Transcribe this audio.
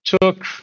took